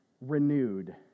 renewed